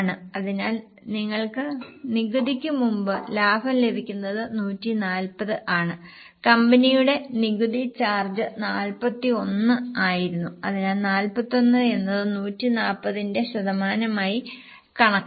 അതിനാൽ നിങ്ങൾക്ക് നികുതിക്ക് മുമ്പ് ലാഭം ലഭിക്കുന്നത് 140 ആണ് കമ്പനിയുടെ നികുതി ചാർജ് 41 ആയിരുന്നു അതിനാൽ 41 എന്നത് 140 തിന്റെ ശതമാനമായി കണക്കാക്കുക